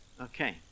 Okay